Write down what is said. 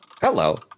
Hello